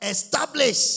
Establish